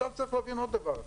צריך להבין עוד דבר,